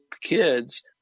kids